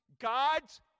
God's